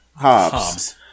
Hobbs